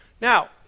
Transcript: Now